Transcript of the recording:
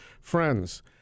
friends